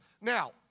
Now